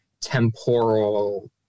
temporal